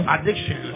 Addiction